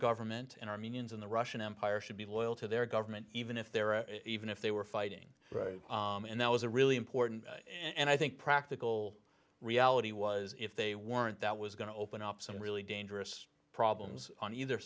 government and armenians in the russian empire should be loyal to their government even if there are even if they were fighting and that was a really important and i think practical reality was if they weren't that was going to open up some really dangerous problems on either